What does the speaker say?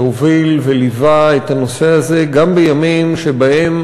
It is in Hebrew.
שהוביל וליווה את הנושא הזה גם בימים שבהם